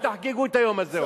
אל תחגגו את היום הזה עוד.